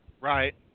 Right